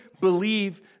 believe